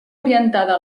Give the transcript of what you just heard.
orientada